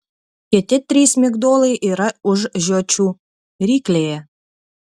kiti trys migdolai yra už žiočių ryklėje